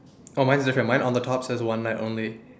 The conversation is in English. oh mine's different mine on the top says one night only